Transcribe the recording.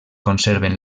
conserven